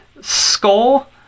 skull